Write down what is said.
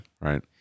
Right